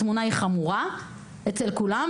התמונה חמורה אצל כולם.